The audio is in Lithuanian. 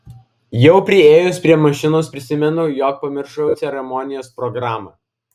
jau priėjus prie mašinos prisimenu jog pamiršau ceremonijos programą